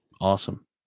Awesome